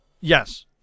Yes